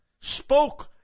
spoke